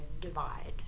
divide